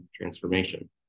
transformation